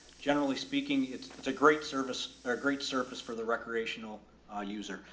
generally speaking it's, it's a great service or great surface for the recreational ah user.